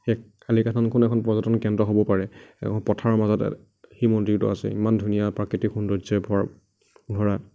সেই কালিকা থানখন এখন পৰ্যটন কেন্দ্ৰ হ'ব পাৰে এখন পথাৰৰ মাজত সেই মন্দিৰটো আছে ধুনীয়া প্ৰাকৃতিক সৌন্দৰ্য্যৰে ভৰ ভৰা